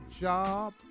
job